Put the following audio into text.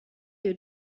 you